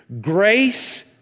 grace